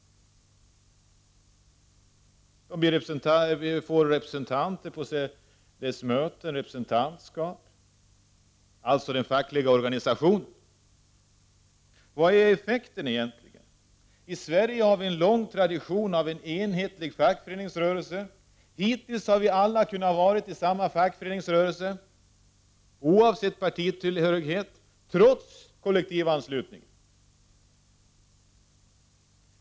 Den fackliga organisationen får representanter — representantskap — på partiets möten. Vad blir egentligen effekten? I Sverige har vi en lång tradition med en enhetlig fackföreningsrörelse. Hittills har vi alla kunnat vara med i samma fackföreningsrörelse, oavsett partitillhörighet, trots kollektivanslutningen.